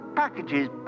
packages